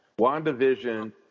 WandaVision